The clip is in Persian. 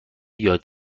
یاد